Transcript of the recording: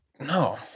No